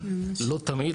לא תמיד,